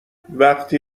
وقتی